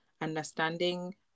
understanding